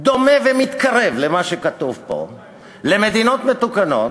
דומה ומתקרב למה שכתוב פה על מדינות מתוקנות,